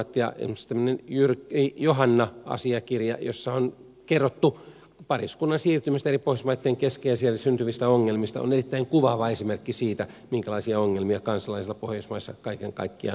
esimerkiksi tämmöinen jyrki ja johanna asiakirja jossa on kerrottu pariskunnan siirtymisestä eri pohjoismaitten välillä ja siellä syntyvistä ongelmista on erittäin kuvaava esimerkki siitä minkälaisia ongelmia kansalaisilla pohjoismaissa kaiken kaikkiaan voi olla